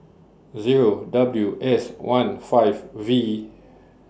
Zero W S one five V